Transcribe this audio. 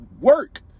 work